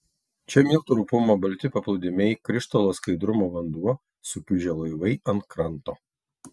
čia miltų rupumo balti paplūdimiai krištolo skaidrumo vanduo sukiužę laivai ant kranto